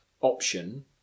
option